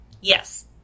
Yes